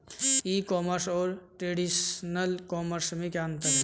ई commerce और traditional commerce में क्या अंतर है?